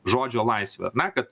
žodžio laisvę na kad